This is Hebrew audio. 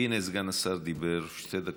הינה, סגן השר דיבר שתי דקות.